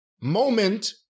moment